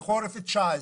לו מחלות רקע,